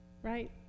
Right